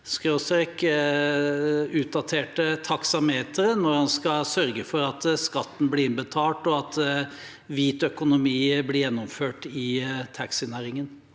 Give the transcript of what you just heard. gode/utdaterte taksameteret når han skal sørge for at skatten blir betalt og en hvit økonomi blir gjennomført i taxinæringen?